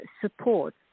support